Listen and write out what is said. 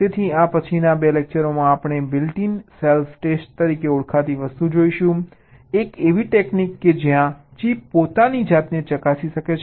તેથી આ પછીના બે લેકચરોમાં આપણે બિલ્ટ ઇન સેલ્ફ ટેસ્ટ તરીકે ઓળખાતી વસ્તુ જોઈશું એક એવી ટેકનિક કે જ્યાં ચિપ પોતાની જાતને ચકાસી શકે છે